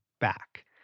back